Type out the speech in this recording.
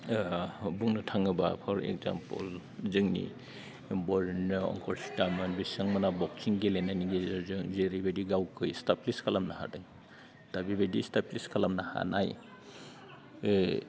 बुंनो थाङोब्ला फर इगजामफोल जोंनि बर'नियाव अंकुसितामोना बक्सिं गेलेनायनि गेजेरजों जेरैबायदि गावखौ इस्टाब्लिसद खालामनो हादों दा बेबायदि इस्टाब्लिसद खालामनो हानाय